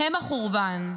הם החורבן,